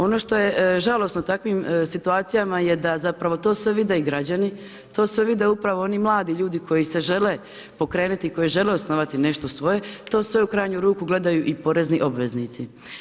Ono što je žalosno, takvim situacijama je da zapravo to sve vide i građani, to sve vide upravo oni mladi ljudi koji se žele pokrenuti, koji žele osnovati nešto svoje, to sve u krajnju ruku gledaju i porezni obveznici.